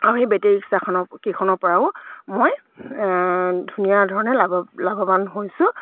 আৰু সেই বেটেৰী ৰিক্সাখনৰ কেইখনৰ পৰাও মই ধুনীয়া ধৰণে লাভ লাভৱান হৈছোঁ